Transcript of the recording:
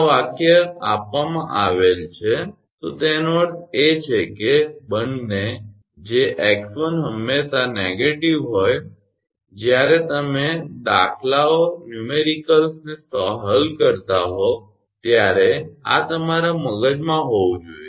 જો આ વાક્ય આપવામાં આવે છે તો તેનો અર્થ એ છે કે બંને જે 𝑥1 હંમેશાં નકારાત્મક હોય છે જ્યારે તમે દાખલાઆંકડાઓને હલ કરતા હો ત્યારે આ તમારા મગજમાં હોવું જોઈએ